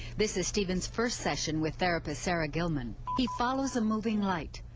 this is steven's first session with therapist sara gilman. he follows a moving light,